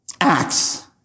Acts